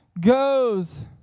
goes